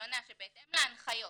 אני עונה שבהתאם להנחיות